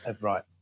right